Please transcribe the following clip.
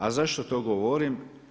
A zašto to govorim?